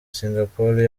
singapore